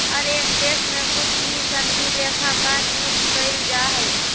हर एक देश में कुछ ही सनदी लेखाकार नियुक्त कइल जा हई